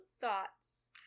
thoughts